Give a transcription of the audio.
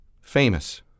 Famous